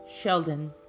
Sheldon